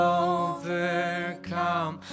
overcome